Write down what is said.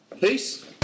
peace